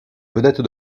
vedette